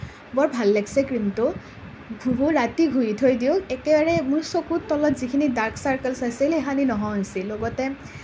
বৰ ভাল লাগিছে ক্ৰীমটো ঘহোঁ ৰাতি ঘহি থৈ দিওঁ একেবাৰে মোৰ চকুৰ তলত যিখিনি ডাৰ্ক চাৰ্কলছ আছিলে সেইখিনি নোহোৱা হৈছে লগতে